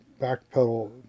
backpedal